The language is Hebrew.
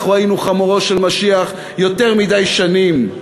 אנחנו היינו חמורו של משיח יותר מדי שנים.